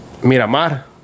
Miramar